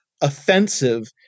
offensive